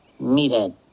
Meathead